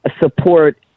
support